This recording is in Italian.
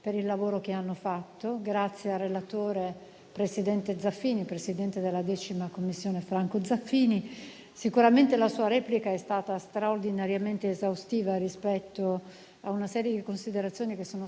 per il lavoro che hanno fatto. Ringrazio altresì il relatore, presidente della 10a Commissione, Franco Zaffini, perché sicuramente la sua replica è stata straordinariamente esaustiva rispetto a una serie di considerazioni che sono